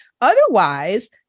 Otherwise